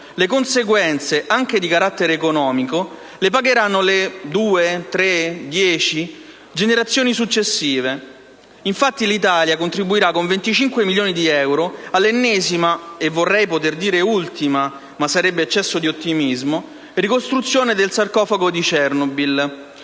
le conseguenze, anche di carattere economico, le pagheranno le (due, tre, dieci?) generazioni successive. Infatti, l'Italia contribuirà con 25 milioni di euro all'ennesima e (vorrei poter dire ultima, ma sarebbe eccesso di ottimismo) ricostruzione del sarcofago di Chernobyl.